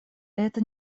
это